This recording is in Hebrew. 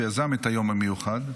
שיזם את היום המיוחד,